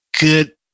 good